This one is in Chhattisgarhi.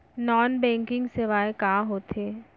नॉन बैंकिंग सेवाएं का होथे?